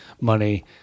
money